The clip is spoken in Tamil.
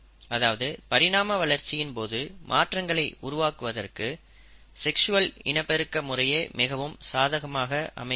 அதாவது பரிணாம வளர்ச்சியின் போது மாற்றங்களை உருவாக்குவதற்கு செக்சுவல் இனப்பெருக்க முறையே மிகவும் சாதகமாக அமைந்து இருக்கிறது